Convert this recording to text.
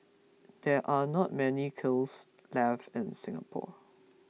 there are not many kilns left in Singapore